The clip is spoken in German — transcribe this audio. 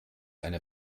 eine